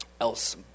else